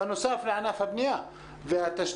בנוסף לענף הבנייה והתשתיות.